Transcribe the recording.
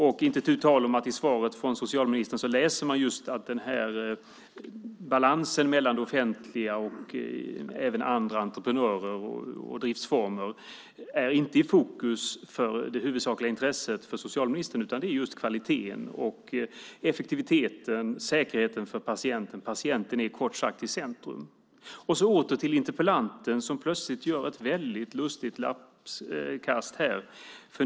Det är inte tu tal om att man i svaret från socialministern kan läsa just att balansen mellan det offentliga och andra entreprenörer och driftsformer inte är i fokus för socialministerns huvudsakliga intresse, utan det är just kvaliteten, effektiviteten och säkerheten för patienten. Patienten är i centrum, kort sagt. Så åter till interpellanten, som plötsligt gör ett väldigt lustigt lappkast.